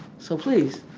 so, please,